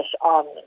on